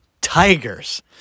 tigers